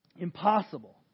Impossible